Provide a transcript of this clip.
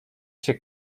się